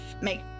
make